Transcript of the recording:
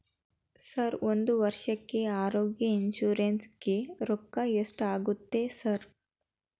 Sir ಒಂದು ವರ್ಷಕ್ಕೆ ಆರೋಗ್ಯ ಇನ್ಶೂರೆನ್ಸ್ ಗೇ ರೊಕ್ಕಾ ಎಷ್ಟಾಗುತ್ತೆ ಸರ್?